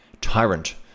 tyrant